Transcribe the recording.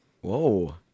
Whoa